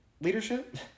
leadership